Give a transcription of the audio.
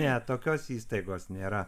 ne tokios įstaigos nėra